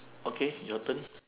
okay your turn